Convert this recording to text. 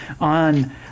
on